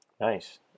Nice